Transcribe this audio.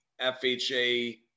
FHA